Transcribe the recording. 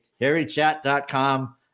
harrychat.com